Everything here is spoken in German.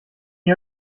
ihr